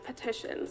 petitions